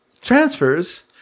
transfers